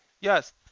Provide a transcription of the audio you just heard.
yes